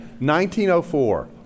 1904